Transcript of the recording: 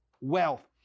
wealth